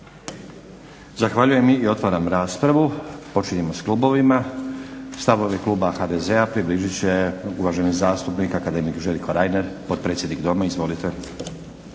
Zahvaljujem. Otvaram raspravu. Počinjemo s klubovima. Stavove kluba HDZ-a približit će uvaženi zastupnik akademik Željko Reiner, potpredsjednik Doma. Izvolite.